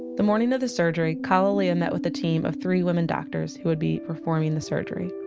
the morning of the surgery, kalalea met with the team of three women doctors who would be performing the surgery.